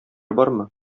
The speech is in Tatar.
бармы